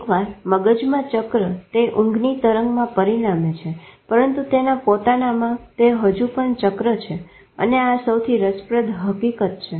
એકવાર મગજમાં ચક્ર તે ઊંઘની તરંગમાં પરિણમે છે પરંતુ તેના પોતાનામાં તે હજુ પણ ચક્ર છે અને આ સૌથી રસપ્રદ હકીકત છે